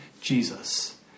Jesus